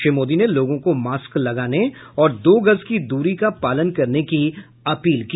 श्री मोदी ने लोगों को मॉस्क लगाने और दो गज की दूरी का पालन करने की अपील की